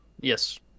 Yes